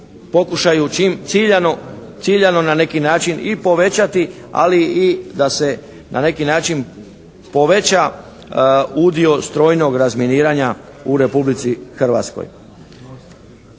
pokušaju ciljano na neki način i povećati ali i da se na neki način poveća udio strojnog razminiranja u Republici Hrvatskoj.